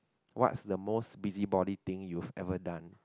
what's the most busy body thing you've ever done